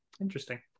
Interesting